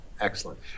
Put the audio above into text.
Excellent